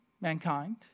mankind